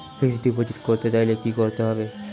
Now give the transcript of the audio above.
Fixed deposit করতে চাইলে কি করতে হবে?